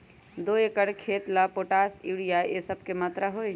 दो एकर खेत के ला पोटाश, यूरिया ये सब का मात्रा होई?